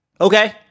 Okay